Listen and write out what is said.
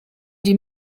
die